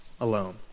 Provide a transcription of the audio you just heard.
alone